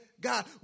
God